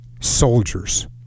soldiers